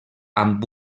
amb